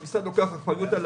המשרד לוקח אחריות.